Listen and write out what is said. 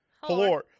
hello